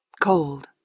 cold